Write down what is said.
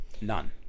None